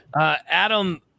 Adam